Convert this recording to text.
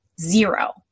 zero